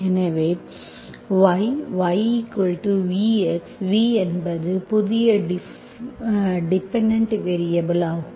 எனவே yyvx v என்பது புதிய டிபெண்டென்ட் வேரியபல் ஆகும்